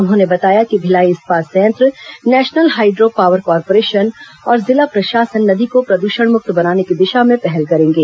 उन्होंने बताया कि भिलाई इस्पात संयंत्र नेशनल हाइड्रो पावर कार्पोरेशन और जिला प्रशासन नदी को प्रदूषण मुक्त बनाने की दिशा में पहल करेंगे